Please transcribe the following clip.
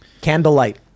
Candlelight